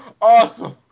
Awesome